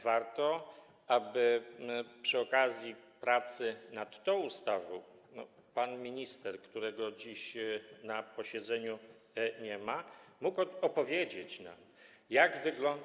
Warto, aby przy okazji pracy nad tą ustawą pan minister, którego dziś na posiedzeniu nie ma, mógł opowiedzieć nam, jak wygląda.